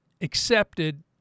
accepted